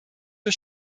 für